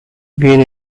viene